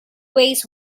ways